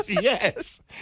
Yes